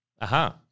Aha